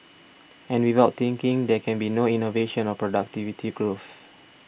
and without thinking there can be no innovation or productivity growth